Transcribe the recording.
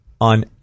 on